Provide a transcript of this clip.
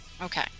Okay